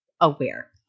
aware